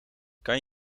kan